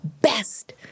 best